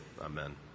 Amen